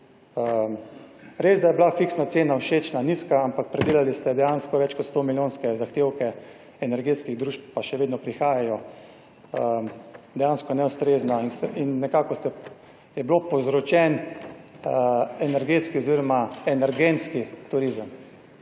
Res da je bila fiksna cena všečna, nizka, ampak pridelali ste dejansko več kot sto milijonske zahtevke energetskih družb pa še vedno prihajajo. Dejansko neustrezna in nekako je bil povzročen energetski **46. TRAK (VI)